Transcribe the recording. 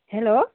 hello